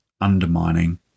undermining